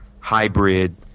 hybrid